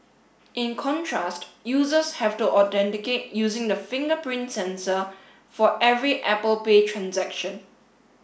in contrast users have to authenticate using the fingerprint sensor for every Apple Pay transaction